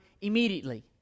immediately